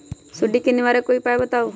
सुडी से निवारक कोई उपाय बताऊँ?